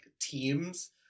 teams